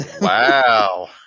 Wow